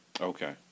okay